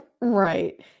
Right